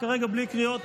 כרגע בלי קריאות,